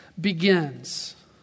begins